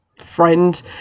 friend